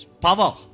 power